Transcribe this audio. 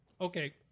Okay